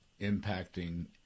impacting